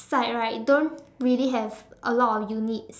side right don't really have a lot of units